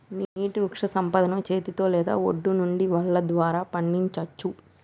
నీటి వృక్షసంపదను చేతితో లేదా ఒడ్డు నుండి వల ద్వారా పండించచ్చు